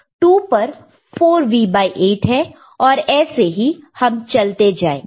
2 पर 4V8 है और ऐसे ही हम चलते जाएंगे